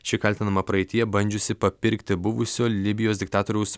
ši kaltinama praeityje bandžiusi papirkti buvusio libijos diktatoriaus